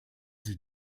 sie